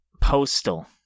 postal